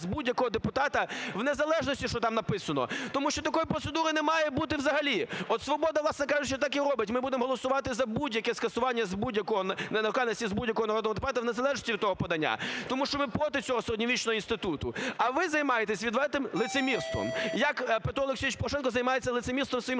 з будь-якого депутата, в незалежності що там написано, тому що такої процедури не має бути взагалі. От "Свобода"", власне кажучи, так і робить, ми будемо голосувати за будь-яке скасування, з будь-якої недоторканності і з будь-якого народного депутата, в незалежності від того подання, тому що ми проти цього середньовічного інституту. А ви займетеся відвертим лицемірством, як Петро Олексійович Порошенко займається лицемірством своїм